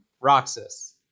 Roxas